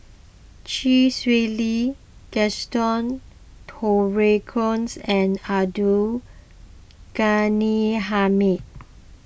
Chee Swee Lee Gaston Dutronquoys and Abdul Ghani Hamid